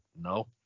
no